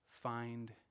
find